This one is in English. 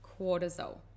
cortisol